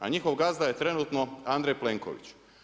A njihov gazda je trenutno Andrej Plenković.